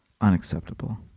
Unacceptable